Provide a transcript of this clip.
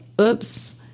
oops